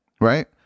right